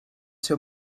ser